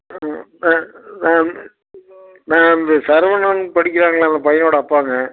ma'am ma'am சரவணன்னு படிக்கிறாங்கள்லை அந்த பையனோடய அப்பாங்க